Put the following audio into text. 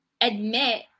admit